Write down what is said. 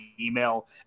email